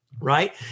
right